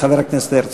לחבר הכנסת הרצוג.